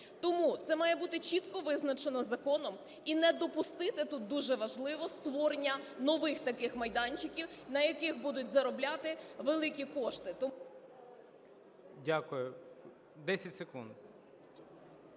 Тому це має бути чітко визначено законом. І не допустити тут дуже важливо створення нових таких майданчиків, на яких будуть заробляти великі кошти. ГОЛОВУЮЧИЙ. Дякую. 10 секунд.